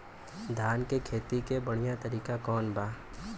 धान के खेती के बढ़ियां तरीका कवन बा?